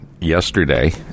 yesterday